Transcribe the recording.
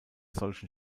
solchen